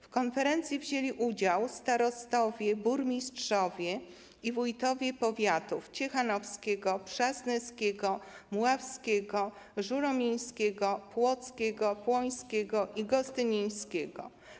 W konferencji wzięli udział starostowie, burmistrzowie i wójtowie powiatów ciechanowskiego, przasnyskiego, mławskiego, żuromińskiego, płockiego, płońskiego i gostynińskiego.